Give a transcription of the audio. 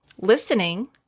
listening